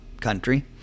country